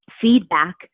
feedback